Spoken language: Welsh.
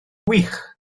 wych